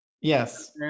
Yes